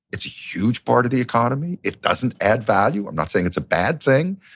it's a huge part of the economy. it doesn't add value. i'm not saying it's a bad thing.